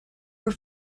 were